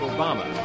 Obama